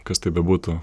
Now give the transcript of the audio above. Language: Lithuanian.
kas tai bebūtų